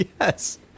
Yes